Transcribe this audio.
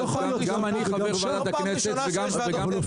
גם אני חבר בוועדת הכנסת ------ לא,